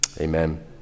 amen